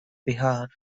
bihar